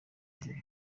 ngiro